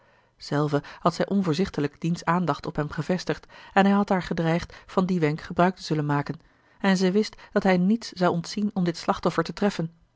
zelve had zij onvoorzichtiglijk diens aandacht op hem gevestigd en hij had haar gedreigd van dien wenk gebruik te zullen maken en zij wist dat hij niets zou ontzien om dit slachtoffer te treffen